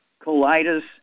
colitis